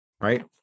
right